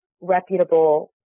reputable